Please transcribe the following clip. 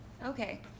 Okay